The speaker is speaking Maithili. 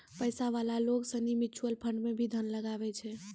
पैसा वाला लोग सनी म्यूचुअल फंड मे भी धन लगवै छै